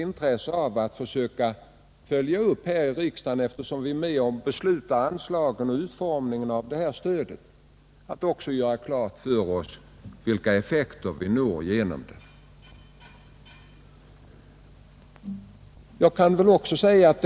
Eftersom vi alla här i riksdagen är med om att besluta om utformningen av stödet och ge anslag till det är det väl också av intresse för oss att få reda på vilken effekt som uppnås.